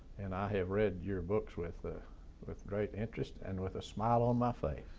and i have read your books with with great interest and with a smile on my face.